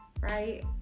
right